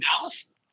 Dallas